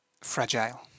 fragile